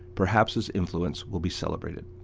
perhaps his influence will be celebrated.